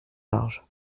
larges